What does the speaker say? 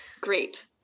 great